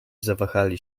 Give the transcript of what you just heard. zawahali